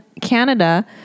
Canada